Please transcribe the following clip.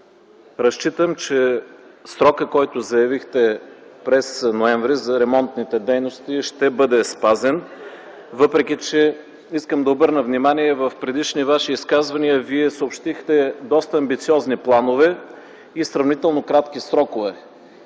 Разчитам, че срокът, който заявихте през м. ноември т.г. за ремонтните дейности, ще бъде спазен, въпреки че искам да обърна внимание – в предишни Ваши изказвания Вие съобщихте доста амбициозни планове и сравнително кратки срокове,